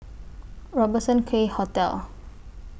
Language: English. Robertson Quay Hotel